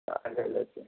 আচ্ছা আচ্ছা